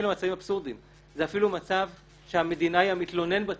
לאבסורדים זה אפילו מצב שהמדינה היא המתלונן בתיק.